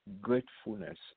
gratefulness